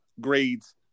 grades